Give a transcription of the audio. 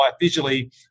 visually